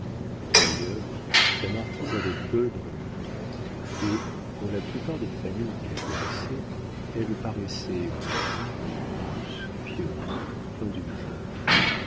d'ailleurs la marquise allait peu dans le monde et pour la plupart des familles qui la connaissaient elle paraissait bonne douce pieuse indulgente